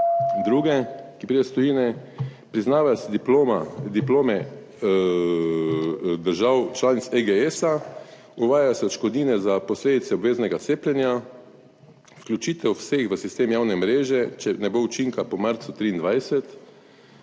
druge, ki pridejo iz tujine, priznavajo se diploma, diplome držav članic EGS, uvajajo se odškodnine za posledice obveznega cepljenja, vključitev vseh v sistem javne mreže, če ne bo učinka po marcu 2023